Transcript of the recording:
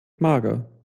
mager